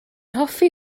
hoffi